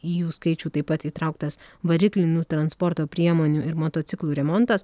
į jų skaičių taip pat įtrauktas variklinių transporto priemonių ir motociklų remontas